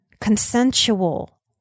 consensual